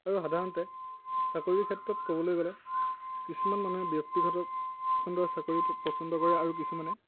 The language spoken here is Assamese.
আৰু সাধাৰণতে চাকৰিৰ ক্ষেত্ৰত ক'বলৈ গ'লে কিছুমান মানুহে ব্য়ক্তিগত খণ্ডৰ চাকৰি পচন্দ কৰে আৰু কিছুমানে